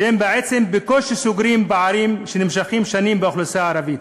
שהם בעצם בקושי סוגרים פערים שנמשכים שנים באוכלוסייה הערבית.